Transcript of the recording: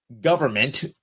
government